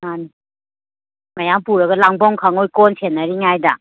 ꯃꯥꯟꯅꯤ ꯃꯌꯥꯝ ꯄꯨꯔꯒ ꯂꯥꯡꯕꯝ ꯈꯪꯉꯣꯏ ꯀꯣꯟ ꯁꯦꯟꯅꯔꯤꯉꯥꯏꯗ